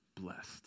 blessed